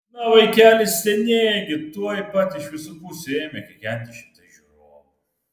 na vaikeli stenėk gi tuoj pat iš visų pusių ėmė kikenti šimtai žiūrovų